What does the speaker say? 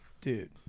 Dude